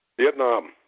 Vietnam